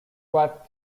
wife